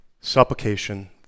supplication